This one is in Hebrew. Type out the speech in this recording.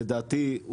לדעתי,